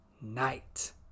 night